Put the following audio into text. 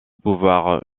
pouvoir